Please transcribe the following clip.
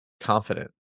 confident